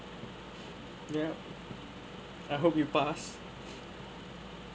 yup I hope you pass